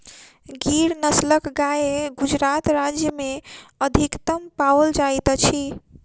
गिर नस्लक गाय गुजरात राज्य में अधिकतम पाओल जाइत अछि